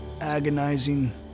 agonizing